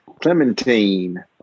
Clementine